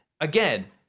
Again